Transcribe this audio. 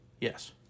Yes